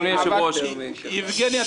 אדוני היושב-ראש --- יבגני,